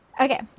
Okay